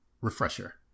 refresher